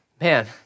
Man